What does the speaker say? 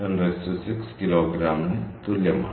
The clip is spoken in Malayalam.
5x106kg ന് തുല്യമാണ്